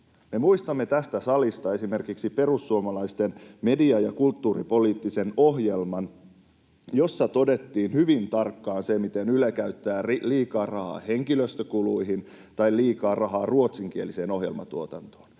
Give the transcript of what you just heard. muistamme tästä salista esimerkiksi perussuomalaisten media- ja kulttuuripoliittisen ohjelman, jossa todettiin hyvin tarkkaan se, miten Yle käyttää liikaa rahaa henkilöstökuluihin tai liikaa rahaa ruotsinkieliseen ohjelmatuotantoon,